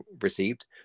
received